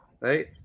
right